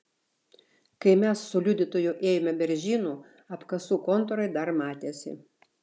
kai mes su liudytoju ėjome beržynu apkasų kontūrai dar matėsi